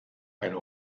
eine